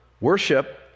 Worship